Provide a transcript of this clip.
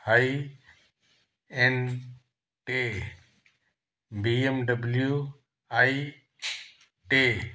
high एन टे B M W आई टे